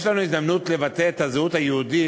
יש לנו הזדמנות לבטא את הזהות היהודית